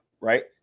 Right